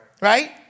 right